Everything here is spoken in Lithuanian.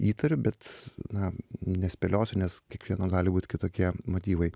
įtariu bet na nespėliosiu nes kiekvieno gali būt kitokie motyvai